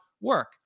work